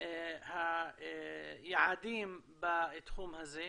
היעדים בתחום הזה,